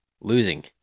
losing